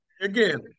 again